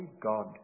God